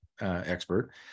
expert